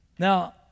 Now